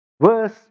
verse